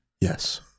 Yes